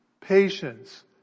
patience